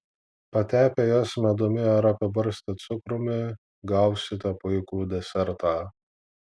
patepę jas medumi ar apibarstę cukrumi gausite puikų desertą